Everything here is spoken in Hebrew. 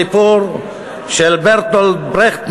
סיפור של ברטולד ברכט,